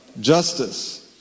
justice